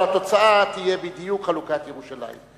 אבל התוצאה תהיה בדיוק חלוקת ירושלים.